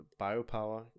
biopower